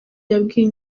yabwiye